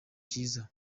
cyiza